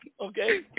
Okay